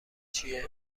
چیه